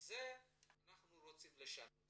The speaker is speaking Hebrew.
ואנחנו רוצים לשנות